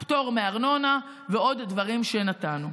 פטור מארנונה ועוד דברים שנתנו.